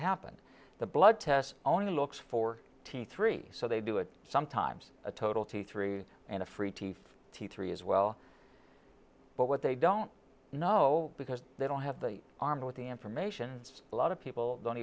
happen the blood test only looks for t three so they do it sometimes a total t three and a free teeth t three as well but what they don't know because they don't have the arm with the informations a lot of people don't